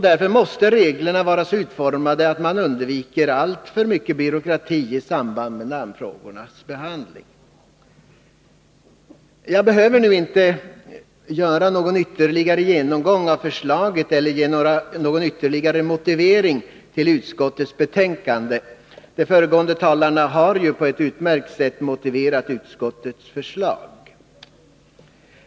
Därför måste reglerna vara så utformade att man undviker alltför mycket byråkrati i samband med namnfrågornas behandling. Jag behöver inte nu göra någon ytterligare genomgång av förslaget eller ge någon ytterligare motivering för utskottets betänkande. De föregående talarna har på ett utmärkt sätt motiverat utskottets förslag.